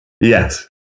Yes